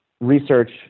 research